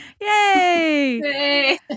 Yay